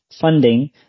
funding